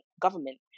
government